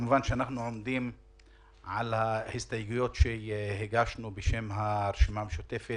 כמובן אנחנו עומדים על ההסתייגויות שהגשנו בשם הרשימה המשותפת,